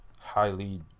highly